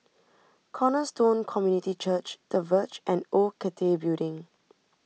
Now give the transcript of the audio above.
Cornerstone Community Church the Verge and Old Cathay Building